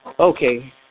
Okay